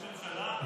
יש ממשלה?